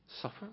Suffer